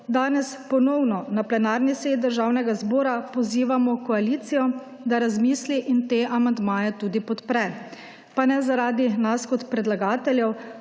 danes ponovno na plenarni seji Državnega zbora pozivamo koalicijo, da razmisli in te amandmaje tudi podpre. Pa ne zaradi nas kot predlagateljev,